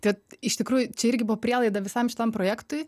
tai vat iš tikrųjų čia irgi buvo prielaida visam šitam projektui